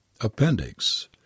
Appendix